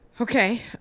Okay